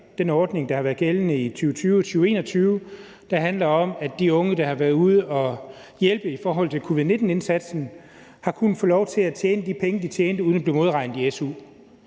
den ordning, der har været gældende i 2020 og 2021, der handler om, at de unge, der har været ude og hjælpe i forhold til covid-19-indsatsen, har kunnet få lov til at tjene de penge, de tjente, uden at blive modregnet i su.